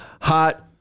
hot